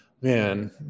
man